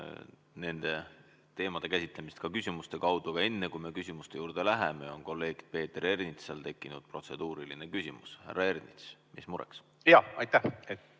nende teemade käsitlemist ka küsimuste kaudu, aga enne, kui me küsimuste juurde läheme, on kolleeg Peeter Ernitsal tekkinud protseduuriline küsimus. Härra Ernits, mis mureks? Me